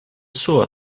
sure